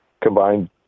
combined